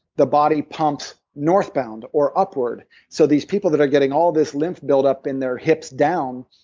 the body pumps northbound, or upward so these people that are getting all this lymph buildup in their hips down,